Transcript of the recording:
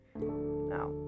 Now